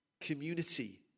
community